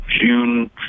June